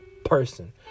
Person